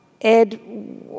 Ed